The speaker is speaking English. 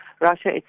Russia